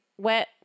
Wet